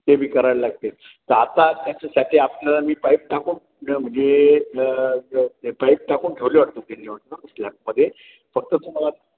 ते बी कराय लागते त आता त्याच्यासाठी आपल्याला मी पाईप टाकून म्हणजे पाईप टाकून ठेवले वाटतं त्यांनी वाटतं स्लॅबमध्ये फक्त तुम्हाला